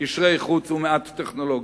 קשרי חוץ ומעט טכנולוגיה.